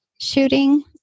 shooting